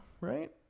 right